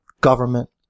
government